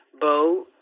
Bo